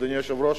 אדוני היושב-ראש,